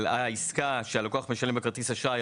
על העסקה שעליה הלקוח משלם בכרטיס אשראי,